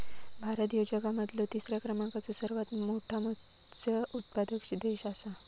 भारत ह्यो जगा मधलो तिसरा क्रमांकाचो सर्वात मोठा मत्स्य उत्पादक देश आसा